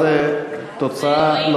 זו תוצאה,